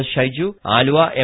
S Shaiju Aluva M